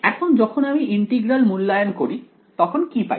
এখন যখন আমি ইন্টিগ্রাল মূল্যায়ন করি তখন কি পাই